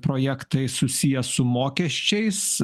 projektai susiję su mokesčiais